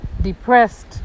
depressed